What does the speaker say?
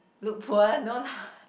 look poor no lah